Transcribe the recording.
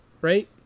Right